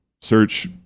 search